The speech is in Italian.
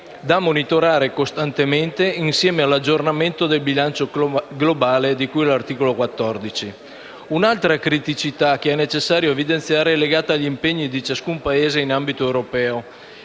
da monitorare costantemente insieme all'aggiornamento del bilancio globale di cui all'articolo 14. Un'altra criticità che è necessario evidenziare è legata agli impegni di ciascun Paese in ambito europeo.